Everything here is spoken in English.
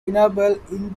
enable